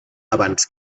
abans